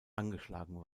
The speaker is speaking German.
angeschlagen